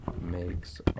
makes